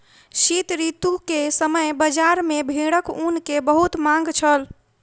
शीत ऋतू के समय बजार में भेड़क ऊन के बहुत मांग छल